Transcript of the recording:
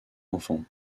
enfants